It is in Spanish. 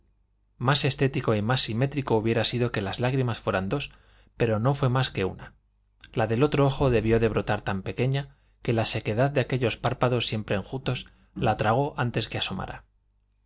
más estético y más simétrico hubiera sido que las lágrimas fueran dos pero no fue más que una la del otro ojo debió de brotar tan pequeña que la sequedad de aquellos párpados siempre enjutos la tragó antes que asomara